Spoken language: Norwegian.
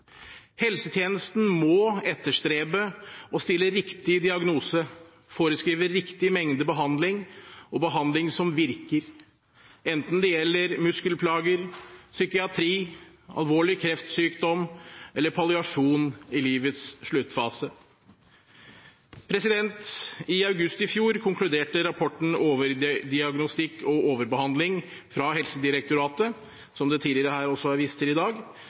Helsetjenesten må etterstrebe å stille riktig diagnose, foreskrive riktig mengde behandling og behandling som virker, enten det gjelder muskelplager, psykiatri, alvorlig kreftsykdom eller palliasjon i livets sluttfase. I august i fjor konkluderte rapporten Overdiagnostikk og overbehandling fra Helsedirektoratet, som det også tidligere i dag er vist til, med at overbehandling omfatter alle deler av det norske helsevesenet. I